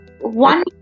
one